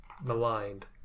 maligned